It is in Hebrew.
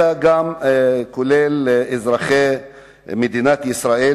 אלא גם אזרחי מדינת ישראל,